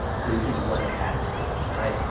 so you can run ads to them, right?